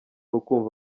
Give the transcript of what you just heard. ukumva